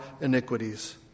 iniquities